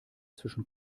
zwischen